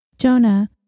Jonah